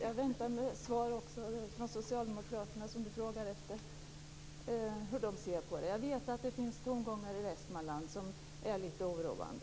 Jag väntar också på svar från socialdemokraterna. Jag vet att det finns tongångar i Västmanland som är lite oroande.